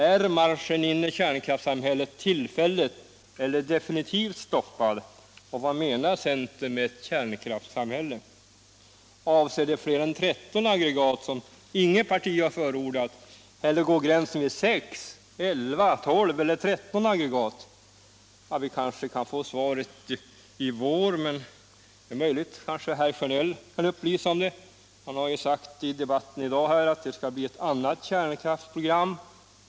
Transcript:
Är marschen in i kärnkraftssamhället tillfälligt eller definitivt stoppad, och vad menar centern med kärnkraftssamhälle? Avser man fler än 13 aggregat — som inget parti har förordat — eller går gränsen vid 6, 11, 12 eller 13 aggregat? Vi kanske kan få svaren på de frågorna fram i vår — eller kan möjligen herr Sjönell upplysa om det nu? Han har ju i debatten i dag sagt att det skall bli ett annat kärnkraftsprogram.